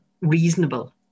reasonable